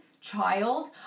child